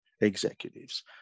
executives